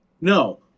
No